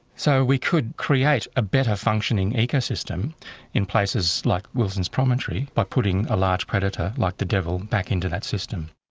so we could create a better functioning ecosystem in places like wilson's promontory by putting a large predator like the devil back into that system.